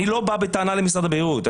אני לא בא בטענה למשרד הבריאות.